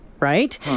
Right